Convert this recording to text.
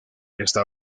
esta